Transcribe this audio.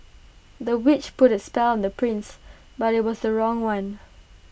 the witch put A spell on the prince but IT was the wrong one